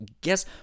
guess